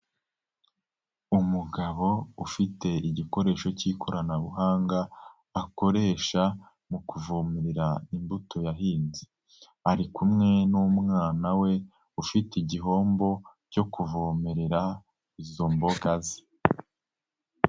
Umugabo ufite igikoresho cy'ikoranabuhanga, akoresha mu kuvomerera imbuto yahinze. Ari kumwe n'umwana we, ufite igihombo cyo kuvomerera izo mboga ze.